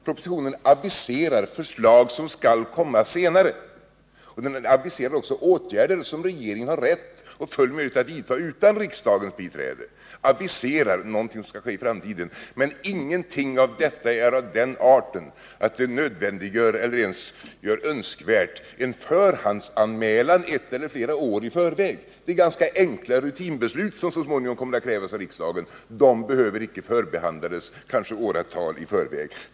Propositionen aviserar förslag som skall komma senare. Och den aviserar också åtgärder som regeringen har rätt och full möjlighet att vidta utan riksdagens biträde. Den aviserar någonting som skall ske i framtiden. Men ingenting av detta är av den arten att det nödvändiggör eller ens gör önskvärt en förhandsanmälan ett eller flera år i förväg. Det är ganska enkla rutinbeslut som så småningom kommer att krävas av riksdagen. De behöver icke behandlas kanske åratal i förväg.